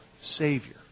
Savior